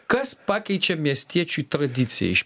kas pakeičia miestiečiui tradiciją iš